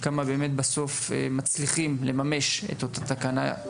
כמה באמת בסוף מצליחים לממש את אותה תקנה,